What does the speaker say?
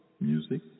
music